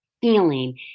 feeling